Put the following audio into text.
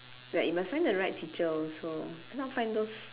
like you must find the right teacher also cannot find those